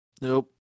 Nope